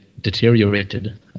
deteriorated